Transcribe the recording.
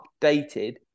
updated